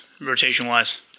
rotation-wise